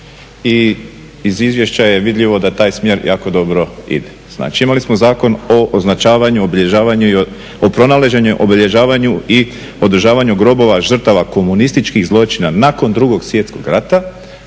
i iz izvješća je vidljivo da taj smjer jako dobro ide. Znači, imali smo Zakon o označavanju, obilježavanju i o pronalaženju, obilježavanju i održavanju grobova žrtava komunističkih zločina nakon II. Svjetskog rata